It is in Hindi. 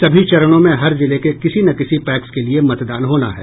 सभी चरणों में हर जिले के किसी न किसी पैक्स के लिये मतदान होना है